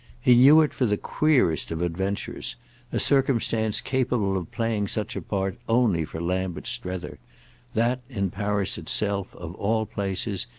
he knew it for the queerest of adventures a circumstance capable of playing such a part only for lambert strether that in paris itself, of all places,